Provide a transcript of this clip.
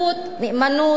נאמנות,